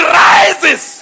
rises